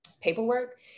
paperwork